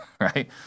right